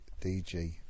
DG